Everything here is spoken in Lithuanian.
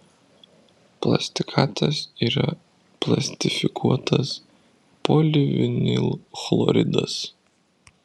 plastikatas yra plastifikuotas polivinilchloridas